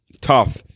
tough